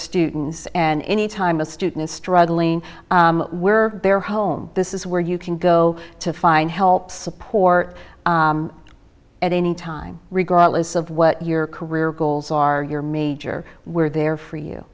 students and any time a student is struggling where their home this is where you can go to find help support at any time regardless of what your career goals are your major we're there for